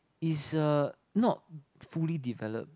it's a not fully developed